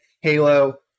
Halo